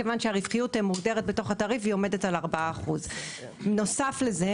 כיוון שהרווחיות מוגדרת בתוך התעריף ועומדת על 4%. נוסף לכך,